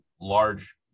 large